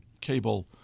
cable